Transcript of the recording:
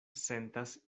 sentas